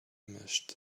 mashed